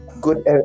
good